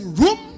room